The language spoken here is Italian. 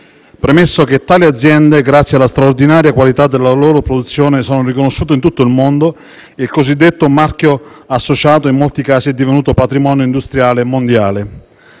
e che tali aziende, grazie alla straordinaria qualità della loro produzione, sono riconosciute in tutto il mondo e il cosiddetto marchio associato, in molti casi, è divenuto patrimonio industriale mondiale.